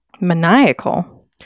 Maniacal